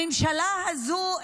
הממשלה הזאת,